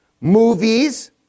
movies